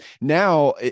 now